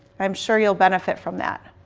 i'm sure you'll benefit from that.